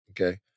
Okay